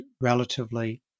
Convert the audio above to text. relatively